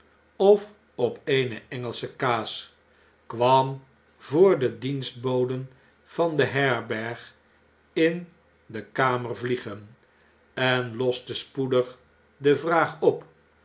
of op eene engelsche kaas kwam voor de dienstboden van de herberg in de kamer vliegen en loste spoedig de vraag op